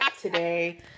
today